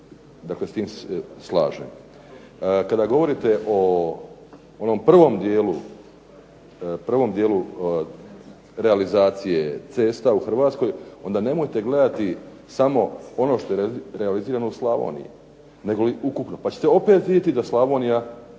s tim se slažem. Kada govorite o onom prvom dijelu realizacije cesta u Hrvatskoj onda nemojte gledati ono samo što je realizirano u Slavoniji, negoli ukupno, pa ćete opet vidjeti da Slavonija